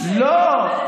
לא,